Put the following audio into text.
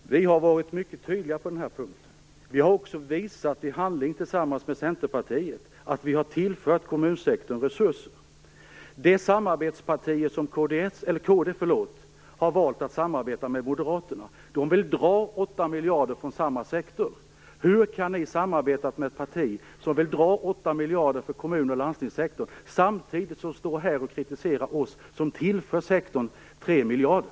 Fru talman! Vi har varit mycket tydliga på den här punkten. Vi har också visat i handling tillsammans med Centerpartiet att vi har tillfört kommunsektorn resurser. Det samarbetsparti som kd har valt att samarbeta med, Moderaterna, vill dra bort 8 miljarder från samma sektor. Hur kan ni samarbeta med ett parti som vill dra bort 8 miljarder från kommun och landstingssektorn samtidigt som ni här kritiserar oss som tillför sektorn 3 miljarder?